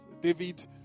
David